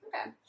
Okay